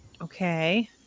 Okay